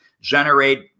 generate